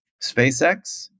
SpaceX